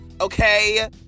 okay